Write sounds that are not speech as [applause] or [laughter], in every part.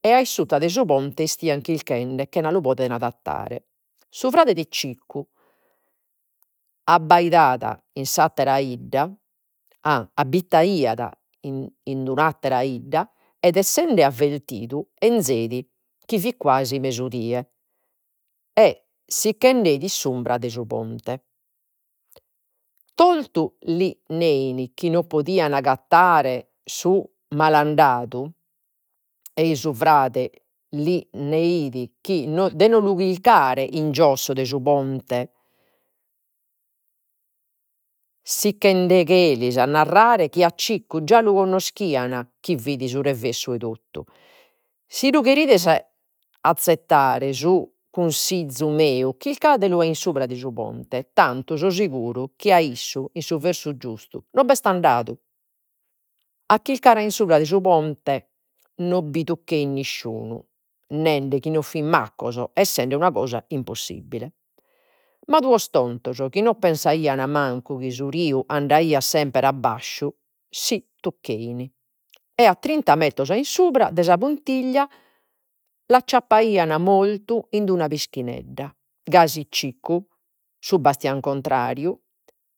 E a in sutta de su ponte istein chirchende chena lu podere agattare. Su frade de Cicu [unintelligible] in s'attera 'idda [hesitation] abitaiat [hesitation] in d'un'attera 'idda ed essende avvertidu 'enzeit chi fit quasi mesudie, e si c'andeit in s'umbra su ponte. Toltu li nein chi no podian agattare su malandadu, ei su frade lis neit de no lu chilcare a in giosso de su ponte [unintelligible] a narrere chi a Cicu già lu connoschian chi fit su revessu 'e totu. Si lu cherides [hesitation] azzettare su consizu meu chircadelu a in subra de su ponte, tantu so seguru chi a isse in su versu giustu no b'est andadu. A chircare a in subra de su ponte no bi tuccheit nisciunu, nende chi no fin maccos, essende una cosa impossibile. Ma duos tontos chi no pensaian mancu chi su riu andaiat sempre a basciu si tucchein. E a trinta metros a in subra de sa puntiglia, l'acciappaian mortu in una pischinedda. Gasi Cicu, su Bastiancontrariu,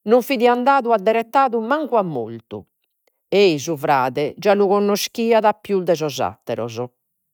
no fit andadu adderettadu mancu a mortu ei su frade già lu connoschiat pius de sos atteros